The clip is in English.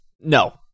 No